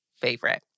favorite